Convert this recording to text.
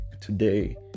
Today